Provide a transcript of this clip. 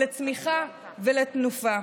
לצמיחה ולתנופה.